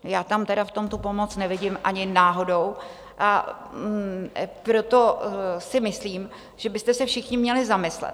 Já tam tedy v tom tu pomoc nevidím ani náhodou, a proto si myslím, že byste se všichni měli zamyslet.